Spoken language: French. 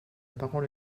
parole